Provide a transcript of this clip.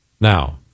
Now